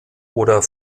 oder